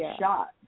shot